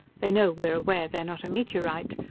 they know we're aware they're not a meteorite.